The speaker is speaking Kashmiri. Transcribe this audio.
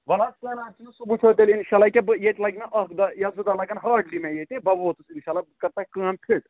وَلہٕ حظ کیٚنٛہہ نہَ حظ چھُنہٕ سُہ وُچھو تیٚلہِ اِنشاللہ یہِ کہِ بہٕ ییٚتہِ لَگہِ مےٚ اَکھ دۄہ یا زٕ دۄہ لَگن ہاڈلی مےٚ ییٚتہِ بہٕ ووتُس اِنشااللہ بہٕ کَرٕ تۅہہِ کٲم فِٹ